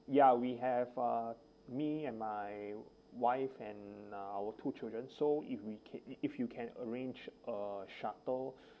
ya we have uh me and my wife and uh our two children so if we can if you can arrange a shuttle